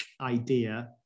idea